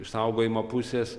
išsaugojimo pusės